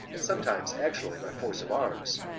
and sometimes actually by force of arms.